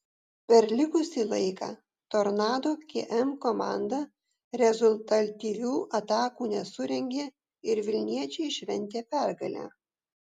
per likusį laiką tornado km komanda rezultatyvių atakų nesurengė ir vilniečiai šventė pergalę